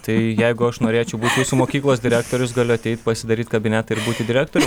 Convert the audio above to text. tai jeigu aš norėčiau būt jūsų mokyklos direktorius galiu ateit pasidaryt kabinetą ir būti direktorium